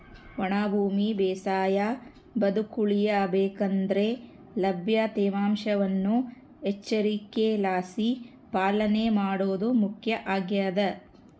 ಒಣ ಭೂಮಿ ಬೇಸಾಯ ಬದುಕುಳಿಯ ಬೇಕಂದ್ರೆ ಲಭ್ಯ ತೇವಾಂಶವನ್ನು ಎಚ್ಚರಿಕೆಲಾಸಿ ಪಾಲನೆ ಮಾಡೋದು ಮುಖ್ಯ ಆಗ್ತದ